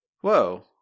Whoa